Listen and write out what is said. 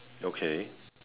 okay